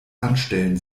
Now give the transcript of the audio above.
anstellen